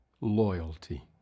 loyalty